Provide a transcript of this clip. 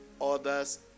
other's